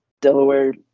Delaware